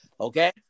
Okay